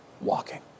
walking